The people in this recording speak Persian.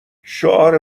شعار